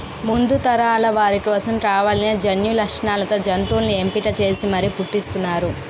ముందు తరాల వారి కోసం కావాల్సిన జన్యులక్షణాలతో జంతువుల్ని ఎంపిక చేసి మరీ పుట్టిస్తున్నారు